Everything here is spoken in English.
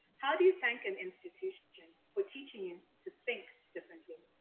how do you thank an institution for teaching you to think differently?